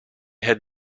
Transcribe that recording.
had